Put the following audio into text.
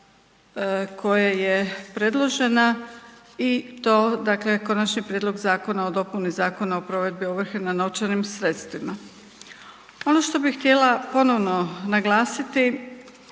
koja je predložena i to dakle, Konačni prijedlog zakona o dopuni Zakona o provedbi ovrhe na novčanim sredstvima. Ono što bi htjela ponovno naglasiti